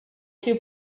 two